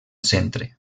centre